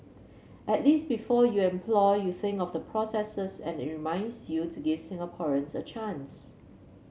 at least before you employ you think of the processes and reminds you to give Singaporeans a chance